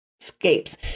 Escapes